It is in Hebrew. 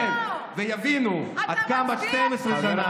במשרד הבריאות ובמשרד הרווחה ובמשרד החינוך,